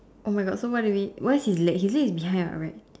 !oh-my-God! so what do we why his leg his leg is behind [what] right